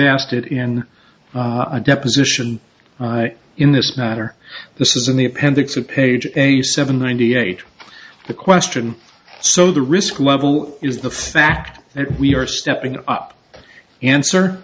asked it in a deposition in this matter this is in the appendix of page eighty seven ninety eight the question so the risk level is the fact that we are stepping up the answer